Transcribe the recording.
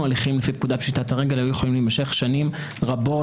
הליכים לפי פקודת פשיטת הרגל היו יכולים להימשך שנים רבות.